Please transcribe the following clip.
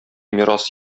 мирас